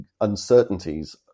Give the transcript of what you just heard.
uncertainties